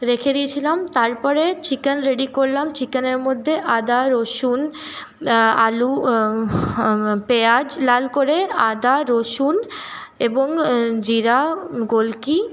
রেখে দিয়েছিলাম তারপরে চিকেন রেডি করলাম চিকেনের মধ্যে আদা রসুন আলু পেঁয়াজ লাল করে আদা রসুন এবং জিরা গোলকি